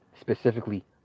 specifically